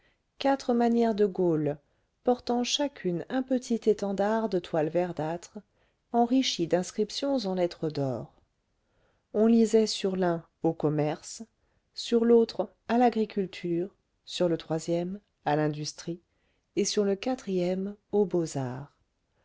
quatre manières de gaules portant chacune un petit étendard de toile verdâtre enrichi d'inscriptions en lettres d'or on lisait sur l'un au commerce sur l'autre à l'agriculture sur le troisième à l'industrie et sur le quatrième aux beaux-arts